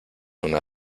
una